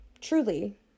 Truly